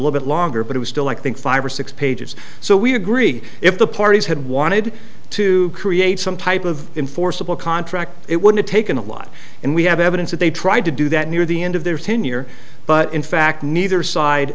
little bit longer but it was still like think five or six pages so we agree if the parties had wanted to create some type of in forcible contract it would have taken a lot and we have evidence that they tried to do that near the end of their tenure but in fact neither side